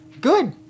good